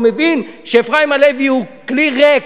הוא מבין שאפרים הלוי הוא כלי ריק,